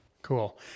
Cool